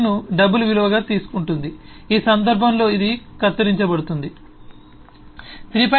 6 ను డబుల్ విలువగా తీసుకుంటుంది ఈ సందర్భంలో ఇది కత్తిరించబడుతుంది 3